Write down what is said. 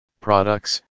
products